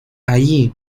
allí